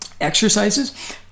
exercises